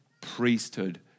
priesthood